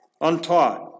untaught